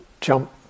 jump